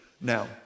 Now